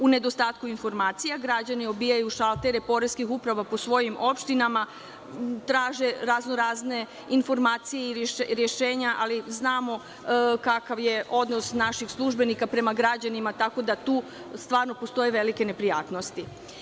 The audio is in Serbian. U nedostatku informacija građani obijaju šaltere poreskih uprava po svojim opštinama, traže raznorazne informacije ili rešenja, a znamo kakav je odnos naših službenika prema građanima, tako da tu stvarno postoje velike neprijatnosti.